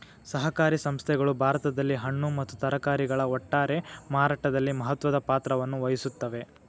ಸಹಕಾರಿ ಸಂಸ್ಥೆಗಳು ಭಾರತದಲ್ಲಿ ಹಣ್ಣು ಮತ್ತ ತರಕಾರಿಗಳ ಒಟ್ಟಾರೆ ಮಾರಾಟದಲ್ಲಿ ಮಹತ್ವದ ಪಾತ್ರವನ್ನು ವಹಿಸುತ್ತವೆ